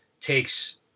takes